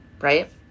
Right